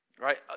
right